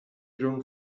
grown